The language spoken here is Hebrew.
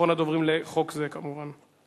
אחרון הדוברים לחוק זה, כמובן.